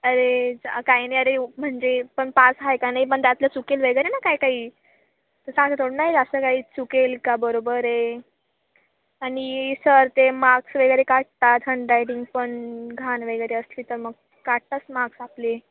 अरे काही नाही अरे म्हणजे पण पास आहे का नाही पण त्यातलं चुकेल वगैरे ना काय काही तर सांग थोडं नाही जास्त काही चुकेल का बरोबर आहे आणि सर ते मार्क्स वगैरे काटतात हँडरायटिंग पण घाण वगैरे असली तर मग काटतातच मार्क्स आपले